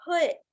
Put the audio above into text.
put